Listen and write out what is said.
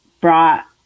brought